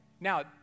Now